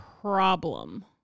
problem